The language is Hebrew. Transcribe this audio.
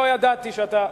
לא ידעתי שאתה,